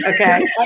Okay